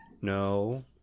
no